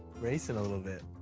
racing a little bit.